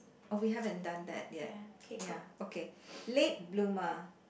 oh we haven't done that yet ya okay late bloomer